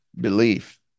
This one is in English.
belief